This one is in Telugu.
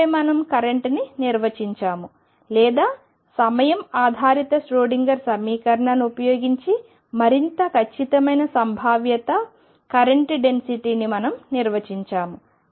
ఆపై మనం కరెంట్ను నిర్వచించాము లేదా సమయం ఆధారిత ష్రోడింగర్ సమీకరణాన్ని ఉపయోగించి మరింత ఖచ్చితమైన సంభావ్యత కరెంట్ డెన్సిటీని మనం నిర్వచించాము